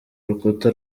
urukuta